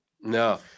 No